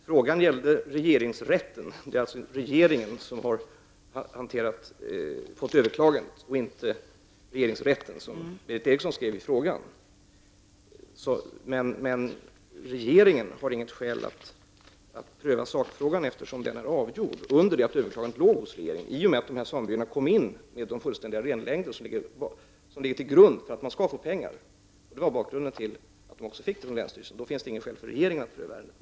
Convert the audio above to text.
Herr talman! Frågan gällde regeringsrätten. Det är regeringen som har fått överklagandet och inte regeringsrätten som Berith Eriksson skrev i frågan. Regeringen har inget skäl att pröva sakfrågan eftersom den är avgjord, under det att överklagandet låg hos regeringen, i och med att samebyarna kom in med de fullständiga renlängderna som ligger till grund för att man skall få pengar. Detta var också bakgrunden till att de också fick pengar av länsstyrelsen. Då finns det inget skäl för regeringen att pröva ärendet mer.